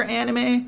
anime